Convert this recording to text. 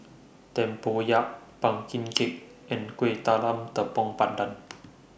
Tempoyak Pumpkin Cake and Kueh Talam Tepong Pandan